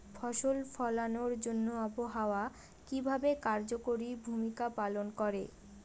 ফসল ফলানোর জন্য আবহাওয়া কিভাবে কার্যকরী ভূমিকা পালন করে?